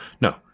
no